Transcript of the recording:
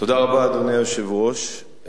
אדוני היושב-ראש,